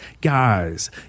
Guys